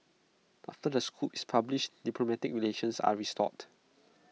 after the scoop is published diplomatic relations are restored